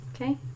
Okay